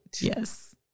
Yes